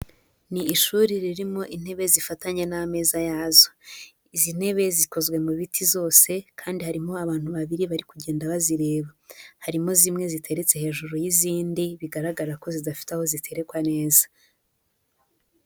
Ni ishuri ririmo intebe zifatanye n'ameza yazo. Izi ntebe zikozwe mu biti zose kandi harimo abantu babiri bari kugenda bazireba. Harimo zimwe ziteretse hejuru y'izindi bigaragara ko zidafite aho ziterekwa neza.